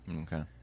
Okay